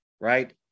right